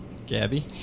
Gabby